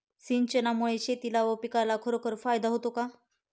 सिंचनामुळे शेतीला व पिकाला खरोखर फायदा होतो का?